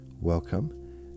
Welcome